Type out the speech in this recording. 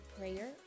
prayer